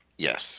Yes